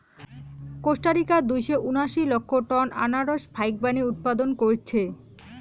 Costa Rica দুইশো উনাশি লক্ষ টন আনারস ফাইকবানী উৎপাদন কইরছে